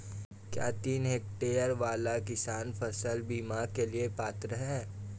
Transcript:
क्या तीन हेक्टेयर वाला किसान फसल बीमा के लिए पात्र हैं?